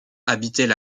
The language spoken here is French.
habitaient